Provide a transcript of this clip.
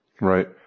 Right